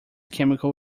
chemical